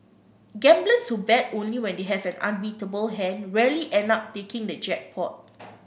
gamblers who bet only when they have an unbeatable hand rarely end up taking the jackpot